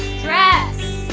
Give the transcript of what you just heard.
dress